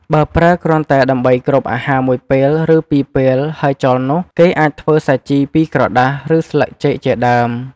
បើប្រើគ្រាន់តែដើម្បីគ្របអាហារមួយពេលឬពីរពេលហើយចោលនោះ គេអាចធ្វើសាជីពីក្រដាសឬស្លឹកចេកជាដើម។